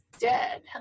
dead